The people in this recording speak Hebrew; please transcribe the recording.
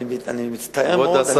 אני מצטער מאוד,